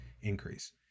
increase